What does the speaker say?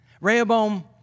Rehoboam